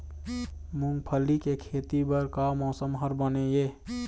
मूंगफली के खेती बर का मौसम हर बने ये?